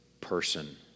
person